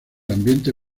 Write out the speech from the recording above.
ambiente